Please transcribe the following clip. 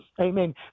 Amen